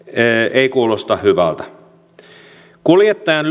ei kuulosta hyvältä kuljettajan